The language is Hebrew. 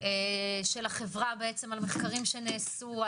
של החברה על מחקרים שנעשו?